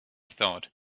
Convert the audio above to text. thought